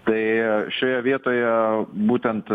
tai šioje vietoje būtent